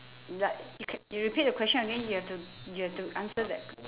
like you c~ you repeat the question again you have to you have to answer that